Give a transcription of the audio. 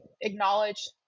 acknowledge